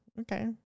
okay